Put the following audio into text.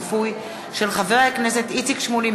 של חברי הכנסת איציק שמולי,